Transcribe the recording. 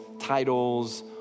titles